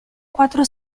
quattro